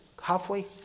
halfway